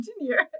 Engineer